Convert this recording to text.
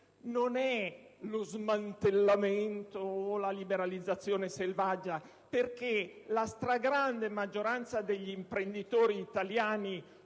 non porterà ad una liberalizzazione selvaggia, perché la stragrande maggioranza degli imprenditori italiani